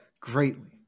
greatly